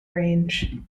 range